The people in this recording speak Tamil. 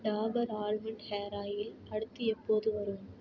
டாபர் ஆல்மண்ட் ஹேர் ஆயில் அடுத்து எப்போது வரும்